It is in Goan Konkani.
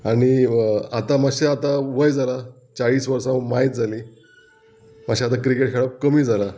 आनी आतां मातशें आतां वय जालां चाळीस वर्सां मायज जालीं मातशें आतां क्रिकेट खेळप कमी जालां